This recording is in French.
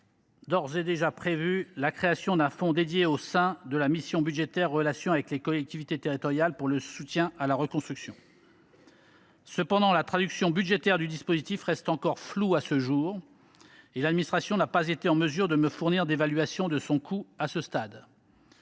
d’ores et déjà prévu la création d’un fonds dédié au sein de la mission budgétaire « Relations avec les collectivités territoriales », pour le soutien à la reconstruction. Cependant, la traduction budgétaire du dispositif reste floue à ce jour, et l’administration n’a pas été en mesure de me fournir d’évaluation de son coût à ce stade.